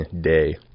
day